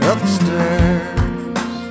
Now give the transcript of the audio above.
Upstairs